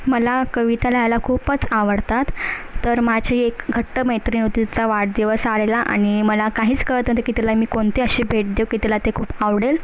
मला कविता लिहायला खूपच आवडतात तर माझी एक घट्ट मैत्रीण होती तिचा वाढदिवस आलेला आणि मला काहीच कळत नव्हतं की तिला मी कोणती अशी भेट देऊ की तिला ते खूप आवडेल